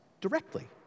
directly